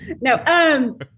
No